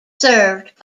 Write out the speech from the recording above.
served